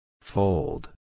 Fold